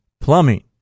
Plumbing